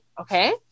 okay